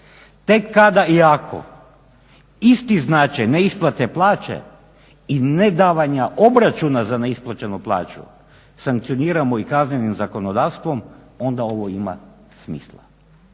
Tek kada i ako isti značaj neisplate plaće i nedavanja obračuna za neisplaćenu plaću sankcioniramo i kaznenim zakonodavstvom onda ovo ima smisla.